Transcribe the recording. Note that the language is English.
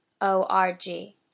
o-r-g